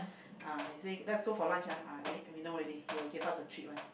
uh he say let's go for lunch ah uh then we know already he will give us a treat [one]